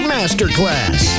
Masterclass